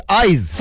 eyes